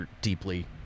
deeply